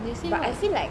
but I feel like